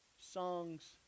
songs